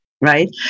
right